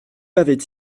avait